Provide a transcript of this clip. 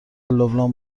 لبنان